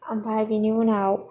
ओमफ्राय बिनि उनाव